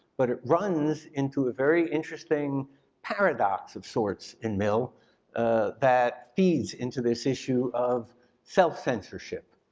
but it runs into a very interesting paradox of sorts in mill that feeds into this issue of self censorship.